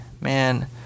Man